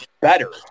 better